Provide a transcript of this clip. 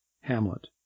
Hamlet